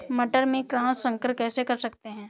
मटर में क्रॉस संकर कैसे कर सकते हैं?